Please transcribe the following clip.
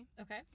Okay